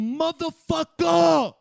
motherfucker